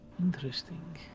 Interesting